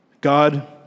God